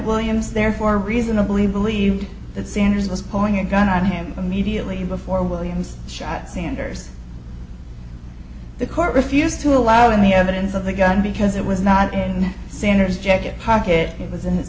therefore reasonably believed that sanders was pulling a gun on him immediately before williams shot sanders the court refused to allow in the evidence of the gun because it was not in sanders jacket pocket it was in